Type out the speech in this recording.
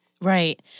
Right